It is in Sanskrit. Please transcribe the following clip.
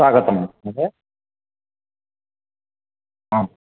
स्वागतं महोदय आम्